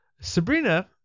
Sabrina